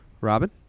Robin